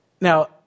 Now